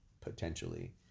potentially